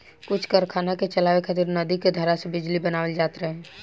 कुछ कारखाना के चलावे खातिर नदी के धारा से बिजली बनावल जात रहे